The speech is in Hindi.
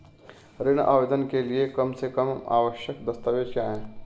ऋण आवेदन के लिए कम से कम आवश्यक दस्तावेज़ क्या हैं?